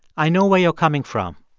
i know where you're coming from.